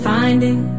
finding